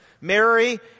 Mary